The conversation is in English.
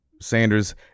Sanders